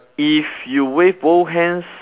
if you wave both hands